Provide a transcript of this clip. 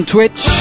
Twitch